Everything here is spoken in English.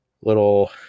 little